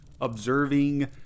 observing